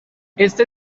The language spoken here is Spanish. este